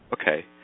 Okay